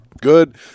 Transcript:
good